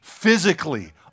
physically